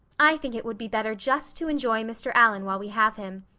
i think it would be better just to enjoy mr. allan while we have him.